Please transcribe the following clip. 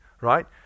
right